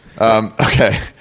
Okay